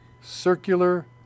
Circular